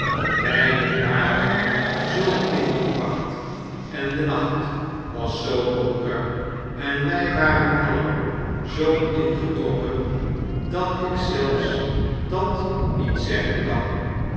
beiden waren zoo ingepakt en de nacht was zoo donker en wjj waren alien zoo ingetrokken dat ik zelfs dat niet zeggen kan